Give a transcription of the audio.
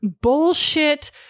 bullshit